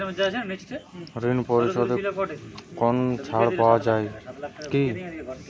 ঋণ পরিশধে কোনো ছাড় পাওয়া যায় কি?